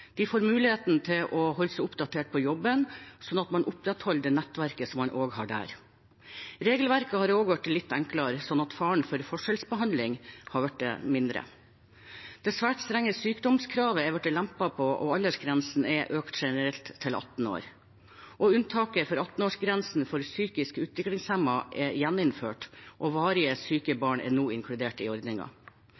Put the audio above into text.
De får muligheten til å holde seg oppdatert på jobben, slik at man opprettholder nettverket man har der. Regelverket har også blitt litt enklere, slik at faren for forskjellsbehandling har blitt mindre. Det svært strenge sykdomskravet er lempet på, og aldersgrensen er økt generelt til 18 år, unntaket for 18-årsgrensen for psykisk utviklingshemmede er gjeninnført, og varig syke